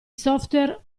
software